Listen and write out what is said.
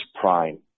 prime